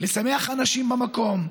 לשמח אנשים במקום.